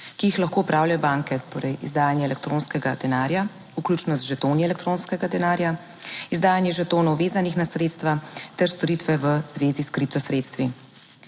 ki jih lahko opravljajo banke, torej izdajanje elektronskega denarja, vključno z žetoni elektronskega denarja, izdajanje žetonov, vezanih na sredstva ter storitve v zvezi s kripto sredstvi.